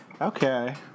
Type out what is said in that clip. Okay